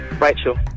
Rachel